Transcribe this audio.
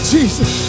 Jesus